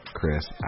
Chris